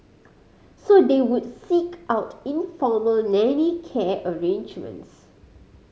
so they would seek out informal nanny care arrangements